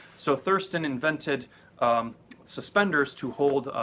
so thurston invented suspenders to hold